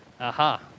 Aha